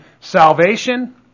salvation